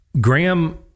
Graham